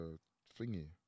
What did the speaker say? thingy